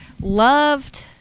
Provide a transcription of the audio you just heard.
Loved